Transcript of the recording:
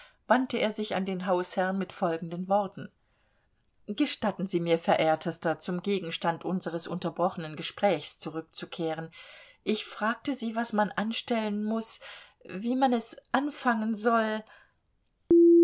wandte er sich an den hausherrn mit folgenden worten gestatten sie mir verehrtester zum gegenstand unseres unterbrochenen gesprächs zurückzukehren ich fragte sie was man anstellen muß wie man es anfangen soll